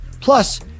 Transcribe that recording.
Plus